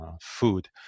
food